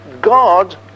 God